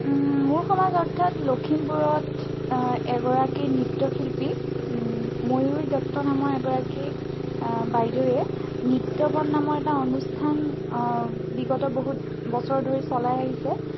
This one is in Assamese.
মোৰ সমাজ অৰ্থাৎ লখিমপুৰত এগৰাকী নৃত্য শিল্পী ময়ূৰী দত্ত নামৰ এগৰাকী বাইদেৱে নৃত্যবন নামৰ এটা অনুষ্ঠান বিগত বহুত বছৰ ধৰি চলাই আহিছে